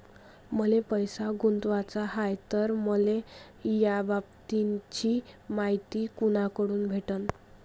मले पैसा गुंतवाचा हाय तर मले याबाबतीची मायती कुनाकडून भेटन?